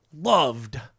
loved